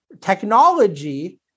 technology